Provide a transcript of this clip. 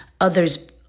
others